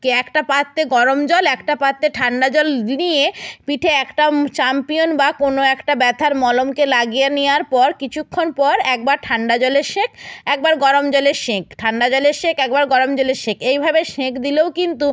কী একটা পাত্রে গরম জল একটা পাত্রে ঠান্ডা জল নিয়ে পিঠে একটা চ্যাম্পিয়ন বা কোনো একটা ব্যথার মলমকে লাগিয়ে নেওয়ার পর কিছুক্ষণ পর একবার ঠান্ডা জলের সেঁক একবার গরম জলের সেঁক ঠান্ডা জলের সেঁক একবার গরম জলে সেঁক এইভাবে সেঁক দিলেও কিন্তু